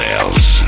else